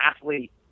athlete